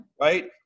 Right